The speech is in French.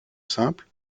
simple